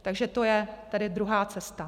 Takže to je tedy druhá cesta.